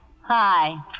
Hi